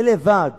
זה לבד